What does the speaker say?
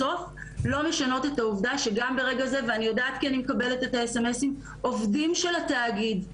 בסוף לא משנות את העובדה שגם ברגע זה עובדים של התאגיד,